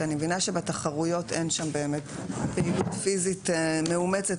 שאני מבינה שבתחרויות אין שם פעילות פיסית מאומצת